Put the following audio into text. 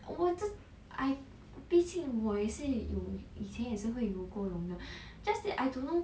我 I 毕竟我以前有也是会游过泳的 just that I don't know